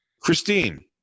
Christine